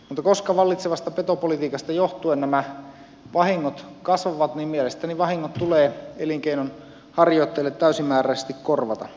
mutta koska vallitsevasta petopolitiikasta johtuen nämä vahingot kasvavat niin mielestäni vahingot tulee elinkeinonharjoittajille täysimääräisesti korvata